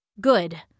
Good